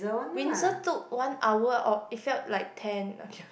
Vincent took one hour off it felt like ten